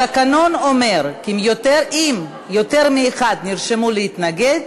התקנון אומר שאם יותר מאחד נרשמו להתנגד,